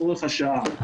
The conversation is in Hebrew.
צורך השעה.